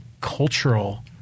cultural –